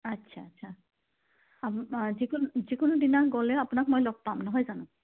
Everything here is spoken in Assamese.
আচ্ছা আচ্ছা যিকোনো যিকোনো দিনা গ'লে আপোনাক মই লগ পাম নহয় জানো